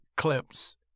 clips